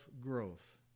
growth